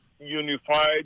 unified